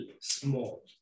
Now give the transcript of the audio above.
small